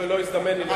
לא הזדמן לי,